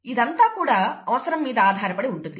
ఇదంతా కూడా అవసరం మీద ఆధారపడి ఉంటుంది